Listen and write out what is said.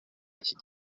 iki